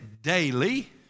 daily